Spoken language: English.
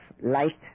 light